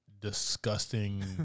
Disgusting